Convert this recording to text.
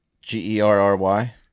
G-E-R-R-Y